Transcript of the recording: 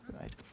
right